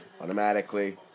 automatically